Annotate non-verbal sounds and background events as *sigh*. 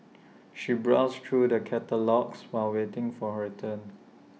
*noise* she browsed through the catalogues while waiting for her turn